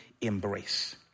embrace